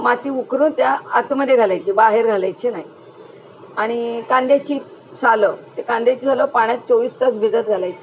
माती उकरून त्या आतमध्ये घालायची बाहेर घालायची नाही आणि कांद्याची सालं ते कांद्याची सालं पाण्यात चोवीस तास भिजत घालायची